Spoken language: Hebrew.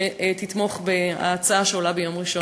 שתתמוך בהצעה שעולה ביום ראשון.